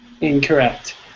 Incorrect